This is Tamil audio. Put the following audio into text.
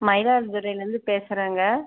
மயிலாடுதுறையிலேருந்து பேசறேங்க